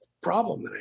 problem